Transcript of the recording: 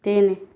ତିନି